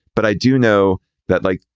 but i do know that, like,